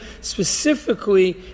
specifically